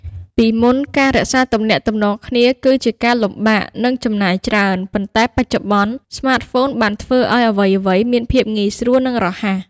ពីមុន ការរក្សាទំនាក់ទំនងគ្នាគឺជាការលំបាក និងចំណាយច្រើន ប៉ុន្តែបច្ចុប្បន្ន ស្មាតហ្វូនបានធ្វើឲ្យអ្វីៗមានភាពងាយស្រួល និងរហ័ស។